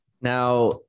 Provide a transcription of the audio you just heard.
Now